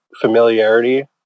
familiarity